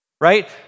right